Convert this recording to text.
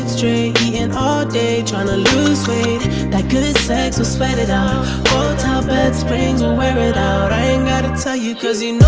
and ah day, tryna lose weight that good sex, we'll sweat it out hotel bed springs, we'll wear it out i ain't gotta tell you cause you